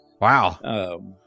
Wow